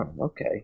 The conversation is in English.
Okay